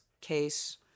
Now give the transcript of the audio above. case